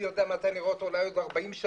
לאחר התלבטות